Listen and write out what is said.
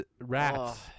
Rats